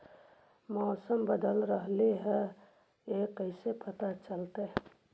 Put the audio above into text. मौसम बदल रहले हे इ कैसे पता चलतै?